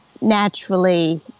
naturally